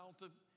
mountain